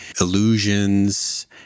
illusions